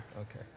Okay